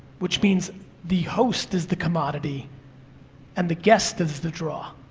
which means the host is the commodity and the guest is the draw.